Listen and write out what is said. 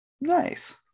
Nice